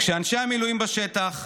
כשאנשי המילואים בשטח,